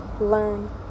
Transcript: learn